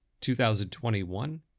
2021